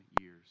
years